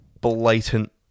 blatant